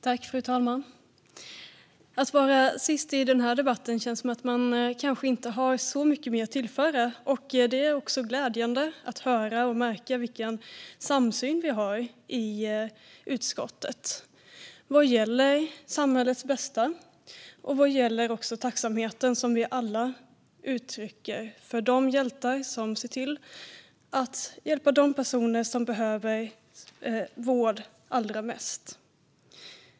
Fru talman! När man är sist i den här debatten känns det som att man kanske inte har så mycket mer att tillföra. Det är också glädjande att höra och märka vilken samsyn vi har i utskottet vad gäller samhällets bästa och vad gäller den tacksamhet vi alla uttrycker för de hjältar som ser till att hjälpa de personer som behöver vård allra mest.